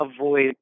avoid